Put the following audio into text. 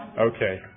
Okay